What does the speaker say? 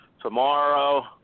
tomorrow